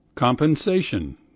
Compensation